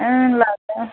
ए ल ल